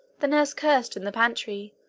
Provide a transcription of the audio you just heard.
the nurse cursed in the pantry,